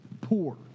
poor